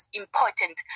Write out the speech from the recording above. important